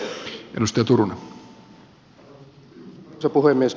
arvoisa puhemies